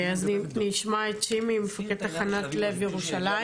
נשמע את שימי, מפקד תחנת לב ירושלים